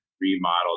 remodeled